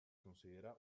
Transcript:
considera